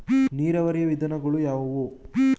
ನೀರಾವರಿಯ ವಿಧಾನಗಳು ಯಾವುವು?